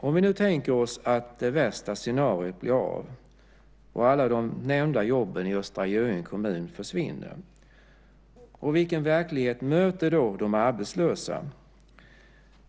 Om vi tänker oss att det värsta scenariet blir av och alla de nämnda jobben i Östra Göinge kommun försvinner, vilken verklighet möter då de arbetslösa?